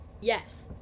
Yes